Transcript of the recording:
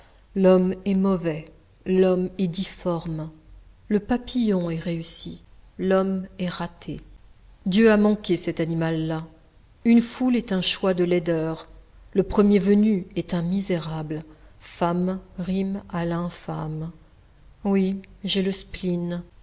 l'homme est mauvais l'homme est difforme le papillon est réussi l'homme est raté dieu a manqué cet animal-là une foule est un choix de laideurs le premier venu est un misérable femme rime à infâme oui j'ai le